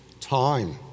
time